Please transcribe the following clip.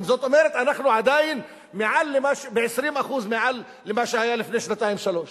זאת אומרת שאנחנו עדיין ב-20% מעל למה שהיה לפני שנתיים-שלוש.